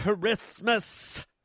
Christmas